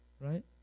Right